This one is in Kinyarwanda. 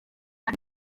ari